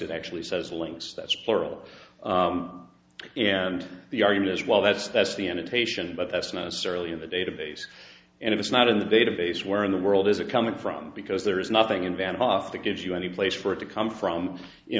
it actually says links that's plural and the argument is well that's that's the annotation but that's not necessarily in the database and if it's not in the database where in the world is it coming from because there is nothing in van off to give you any place for it to come from